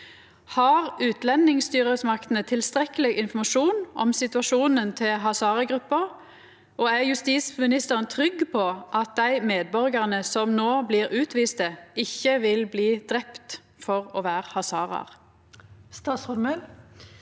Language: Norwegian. Har utlendingsstyresmaktene tilstrekkeleg informasjon om situasjonen til hazaragruppa, og er utanriksministeren trygg på at dei medborgarane som no vert utviste, ikkje vil bli drepne for å vere hazaraar?» Statsråd